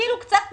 זה קצת מוזר.